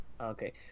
Okay